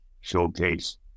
showcase